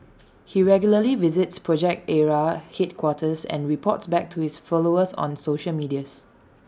he regularly visits project Ara headquarters and reports back to his followers on social media